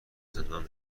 زندان